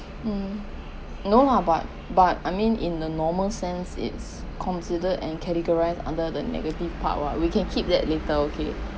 mm no lah but but I mean in the normal sense it's considered and categorised under the negative part what we can keep that later okay